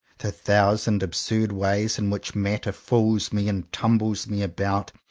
the thousand absurd ways in which matter fools me and tumbles me about,